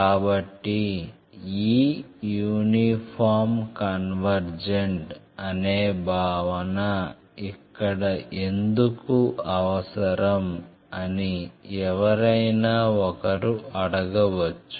కాబట్టి ఈ uniformly convergent అనే భావన ఇక్కడ ఎందుకు అవసరం అని ఎవరైనా ఒకరు అడగవచ్చు